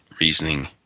reasoning